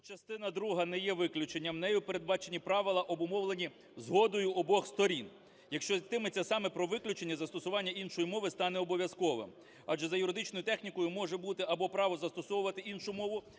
частина друга не є виключенням. Нею передбачені правила, обумовлені згодою обох сторін. Якщо йтиметься саме про виключення, застосування іншої мови стане обов'язковим, адже за юридичною технікою може бути або право застосовувати іншу мову,